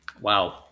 Wow